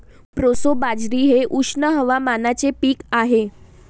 proso बाजरी हे उष्ण हवामानाचे पीक आहे